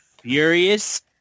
furious